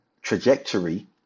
trajectory